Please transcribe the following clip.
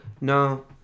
No